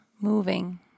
moving